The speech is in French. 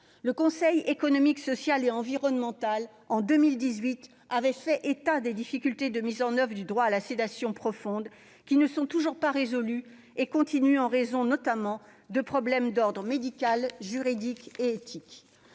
Le Conseil économique, social et environnemental avait fait état en 2018 des difficultés de mise en oeuvre du droit à la sédation profonde. Celles-ci ne sont toujours pas résolues et persistent, en raison notamment de problèmes d'ordre médical, juridique et éthique.